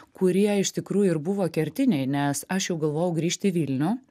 kurie iš tikrųjų ir buvo kertiniai nes aš jau galvojau grįžt į vilnių